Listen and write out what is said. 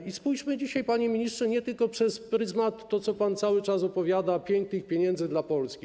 I spójrzmy dzisiaj, panie ministrze, nie tylko przez pryzmat tego, o czym pan cały czas opowiada, pięknych pieniędzy dla Polski.